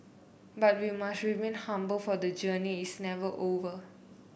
but we must remain humble for the journey is never over